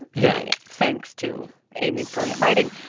yeah. thanks to amy's brilliant writing.